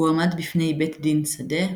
הוא הועמד בפני בית דין שדה,